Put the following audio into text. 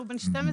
הוא בן 12,